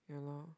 yeah lor